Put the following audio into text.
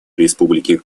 республики